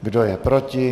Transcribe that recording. Kdo je proti?